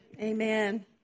Amen